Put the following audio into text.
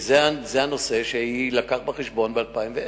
וזה הנושא שיובא בחשבון ב-2010.